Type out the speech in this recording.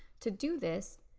to do this,